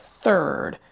third